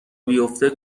بیافته